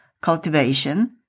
cultivation